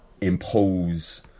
impose